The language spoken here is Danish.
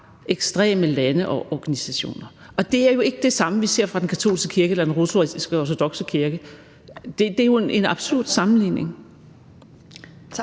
ekstreme lande og organisationer. Det er jo ikke det samme, vi ser fra den katolske kirkes eller den russiskortodokse kirkes side. Det er jo en absurd sammenligning.